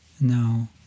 Now